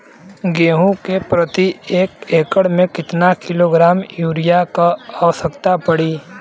गेहूँ के प्रति एक एकड़ में कितना किलोग्राम युरिया क आवश्यकता पड़ी?